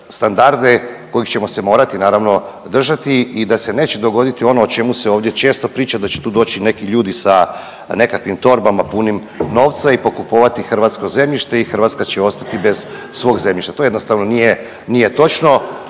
kojih ćemo se morati naravno držati i da se neće dogoditi ono o čemu se ovdje često priča da će tu doći neki ljudi sa nekakvim torbama punim novca i pokupovati hrvatsko zemljište i Hrvatska će ostati bez svog zemljišta. To jednostavno nije, nije točno.